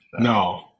No